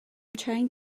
trying